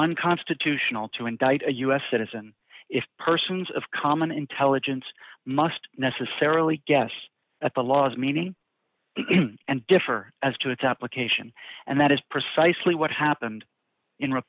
unconstitutional to indict a u s citizen if persons of common intelligence must necessarily guess at the laws meaning and differ as to its application and that is precisely what happened in re